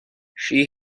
she